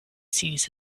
sees